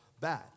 bad